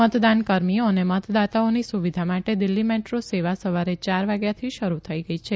મતદાન કર્મીઓ અને મતદાતાઓની સુવિધા માટે દિલ્ફી મેટ્રો સેવા સવારે યાર વાગ્યાથી શરૂ થઇ ગઇ છે